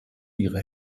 ihre